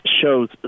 shows